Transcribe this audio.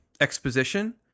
exposition